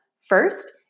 First